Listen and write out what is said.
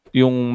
yung